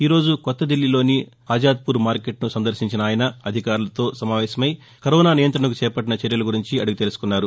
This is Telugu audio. ఈ రోజు కొత్త దిల్లీలోని ఆజాద్పూర్ మార్కెట్ను సందర్భించిన ఆయన అధికారులతో సమావేశమై కరోనా నియంత్రణకు చేపట్టిన చర్యలను అడిగి తెలుసుకున్నారు